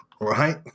right